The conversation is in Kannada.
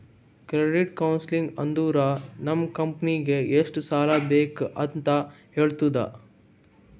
ಕ್ರೆಡಿಟ್ ಕೌನ್ಸಲಿಂಗ್ ಅಂದುರ್ ನಮ್ ಕಂಪನಿಗ್ ಎಷ್ಟ ಸಾಲಾ ಬೇಕ್ ಅಂತ್ ಹೇಳ್ತುದ